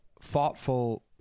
thoughtful